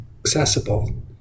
accessible